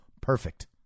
Perfect